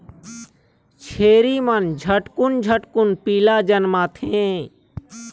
छेरी मन झटकुन झटकुन पीला जनमाथे